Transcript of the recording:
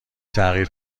تغییر